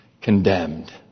condemned